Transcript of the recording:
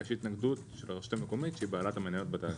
יש התנגדות של הרשות המקומית שהיא בעלת המניות בתאגיד.